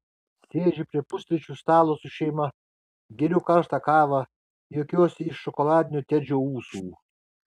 sėdžiu prie pusryčių stalo su šeima geriu karštą kavą juokiuosi iš šokoladinių tedžio ūsų